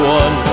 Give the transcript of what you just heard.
one